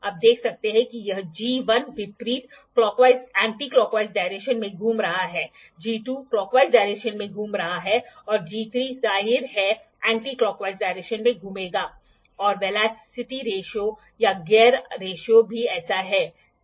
तो इन सभी वर्नियर कैलिपर में इन सभी चीजों में हमारे पास हमेशा एक लॉकिंग नट या लॉकिंग स्क्रू होगा जिसे हम इसे एक एंगल पर रखते हैं और फिर हम इसे लॉक करते हैं और फिर हम इसे वर्क पीस से बाहर निकालते हैं और फिर देखो माप क्या है